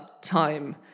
time